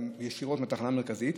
ישירות מתחנה המרכזית.